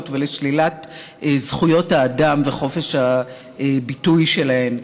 ולשלילת זכויות האדם וחופש הביטוי שלהם.